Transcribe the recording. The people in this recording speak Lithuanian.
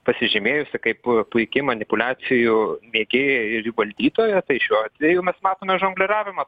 pasižymėjusi kaip puiki manipuliacijų mėgėja ir jų valdytoja tai šiuo atveju mes matome žongliravimą